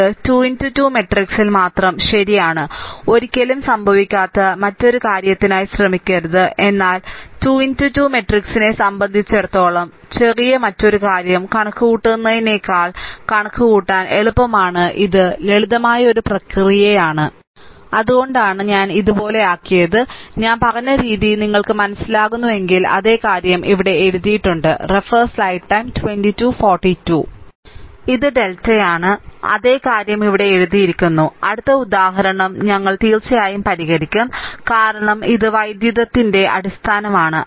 ഇത് 2 2 മാട്രിക്സിൽ മാത്രം ശരിയാണ് ഒരിക്കലും സംഭവിക്കാത്ത മറ്റൊരു കാര്യത്തിനായി ശ്രമിക്കരുത് എന്നാൽ 2 2 മാട്രിക്സിനെ സംബന്ധിച്ചിടത്തോളം ചെറിയ മറ്റൊരു കാര്യം കണക്കുകൂട്ടുന്നതിനേക്കാൾ കണക്കുകൂട്ടാൻ എളുപ്പമാണ് ഇത് ലളിതമായ ഒരു പ്രക്രിയയാണ് അതുകൊണ്ടാണ് ഞാൻ ഇത് ഇതുപോലെയാക്കിയത് ഞാൻ പറഞ്ഞ രീതി നിങ്ങൾ മനസിലാക്കുന്നുവെങ്കിൽ അതേ കാര്യം ഇവിടെ എഴുതിയിട്ടുണ്ട് ഇത് ഡെൽറ്റയാണ് അതേ കാര്യം ഇവിടെ എഴുതിയിരിക്കുന്നു അടുത്ത ഉദാഹരണം ഞങ്ങൾ തീർച്ചയായും പരിഹരിക്കും കാരണം ഇത് വൈദ്യുതത്തിന്റെ അടിസ്ഥാന അടിസ്ഥാനമാണ്